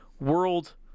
world